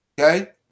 Okay